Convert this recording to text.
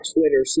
Twitter